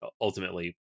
ultimately